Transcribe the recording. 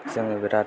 जोङो बिराद